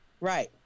Right